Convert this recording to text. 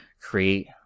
create